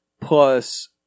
plus